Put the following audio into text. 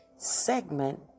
segment